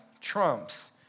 trumps